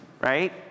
right